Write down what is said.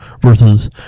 versus